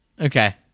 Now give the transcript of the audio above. Okay